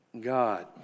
God